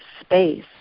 space